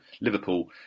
Liverpool